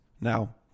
Now